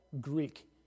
Greek